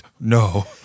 No